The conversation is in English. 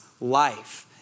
life